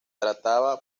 trataba